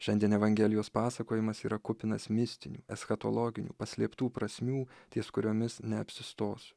šiandien evangelijos pasakojimas yra kupinas mistinių eschatologinių paslėptų prasmių ties kuriomis neapsistosiu